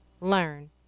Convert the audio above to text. learn